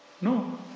No